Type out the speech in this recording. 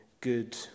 good